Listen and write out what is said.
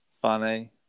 funny